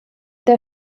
der